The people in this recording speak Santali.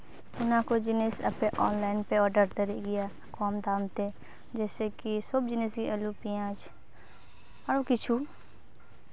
ᱚᱱᱟ ᱠᱚ ᱡᱤᱱᱤᱥ ᱟᱯᱮ ᱚᱱᱞᱟᱭᱤᱱ ᱯᱮ ᱚᱰᱟᱨ ᱫᱟᱲᱮᱭᱟᱜ ᱜᱮᱭᱟ ᱠᱚᱢ ᱫᱟᱢᱛᱮ ᱡᱮᱭᱥᱮ ᱠᱤ ᱥᱚᱵ ᱡᱤᱱᱤᱥ ᱜᱮ ᱟᱹᱞᱩ ᱯᱮᱸᱭᱟᱡᱽ ᱟᱨ ᱠᱤᱪᱷᱩ